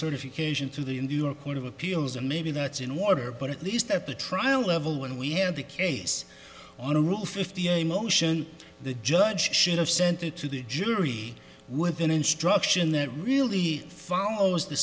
certification to the in the your court of appeals and maybe that's in order but at least at the trial level when we have the case on a roof fifty a motion the judge should have sent it to the jury with an instruction that really follows the